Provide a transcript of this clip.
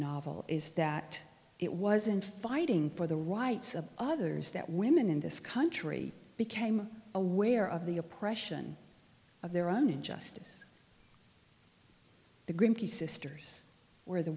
novel is that it was in fighting for the rights of others that women in this country became aware of the oppression of their own injustice the greenpeace sisters were the